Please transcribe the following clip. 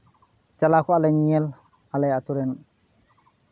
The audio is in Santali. ᱪᱟᱞᱟᱣ ᱠᱚᱜᱼᱟ ᱞᱮ ᱧᱮᱧᱮᱞ ᱟᱞᱮ ᱟᱹᱛᱩ ᱨᱮᱱ